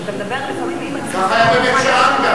ככה היה גם בבית-שאן.